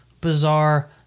bizarre